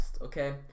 okay